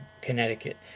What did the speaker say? Connecticut